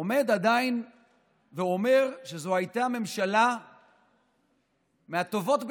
עומד עדיין ואומר שזו הייתה ממשלה מהטובות ביותר,